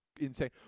insane